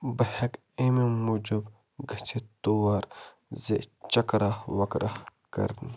بہٕ ہیٚکہٕ اَمے موٗجوٗب گٔژتھ تور زِ چکرا وکرا کَرنہِ